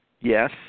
Yes